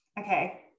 Okay